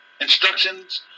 Instructions